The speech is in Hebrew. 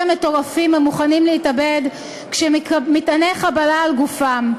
מטורפים המוכנים להתאבד כשמטעני חבלה על גופם,